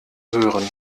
hören